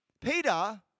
Peter